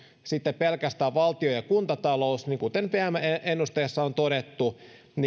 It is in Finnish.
sitten pelkästään valtion ja kuntatalous niin kuten vmn ennusteessa on todettu